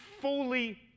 fully